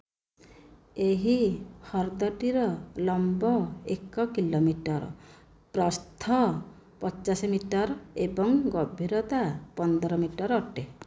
ଏହି ହ୍ରଦଟିର ଲମ୍ବ ଏକ କିଲୋମିଟର ପ୍ରସ୍ଥ ପଚାଶ ମିଟର ଏବଂ ଗଭୀରତା ପନ୍ଦର ମିଟର ଅଟେ